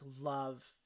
love